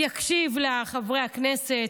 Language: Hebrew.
יקשיב לחברי הכנסת.